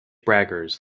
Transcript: braggers